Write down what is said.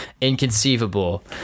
Inconceivable